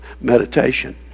meditation